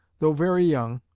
though very young,